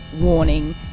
warning